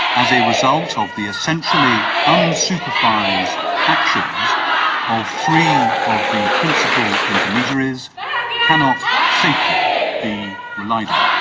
as a result of the essentially unsupervised actions of three of the principal intermediaries cannot safely be relied on.